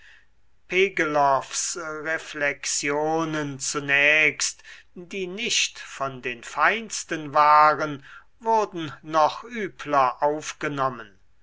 pegelows reflexionen zunächst die nicht von den feinsten waren wurden noch übler aufgenommen